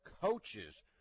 coaches